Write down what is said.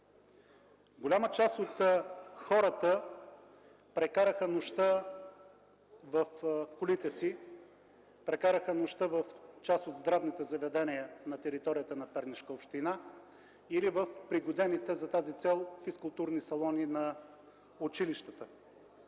Голяма част от хората прекараха нощта в колите си, прекараха нощта в част от здравните заведения на територията на Пернишка община или в пригодените за тази цел физкултурни салони на училищата